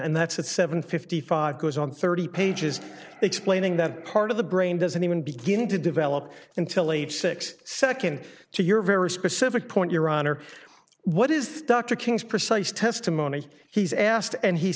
and that's at seven fifty five goes on thirty pages explaining that part of the brain doesn't even begin to develop until age six second to your very specific point your honor what is dr king's precise testimony he's asked and he